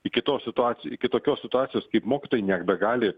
iki tos situaci iki tokios situacijos kaip mokytojai nebegali